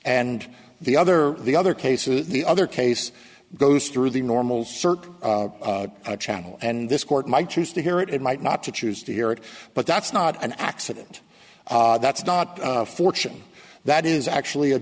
and the other the other cases the other case goes through the normal circuit channel and this court might choose to hear it might not to choose to hear it but that's not an accident that's not fortune that is actually a